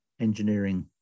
engineering